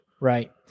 Right